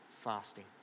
fasting